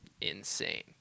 insane